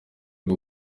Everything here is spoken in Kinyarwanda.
bwo